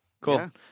Cool